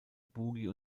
boogie